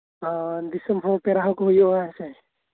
ᱫᱤᱥᱚᱢ ᱦᱚᱲ ᱯᱮᱲᱟ ᱦᱚᱲ ᱠᱚ ᱦᱤᱡᱩᱜ ᱟ ᱥᱮ